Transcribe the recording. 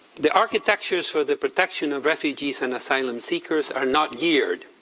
the architectures for the protection of refugees and asylum seekers are not geared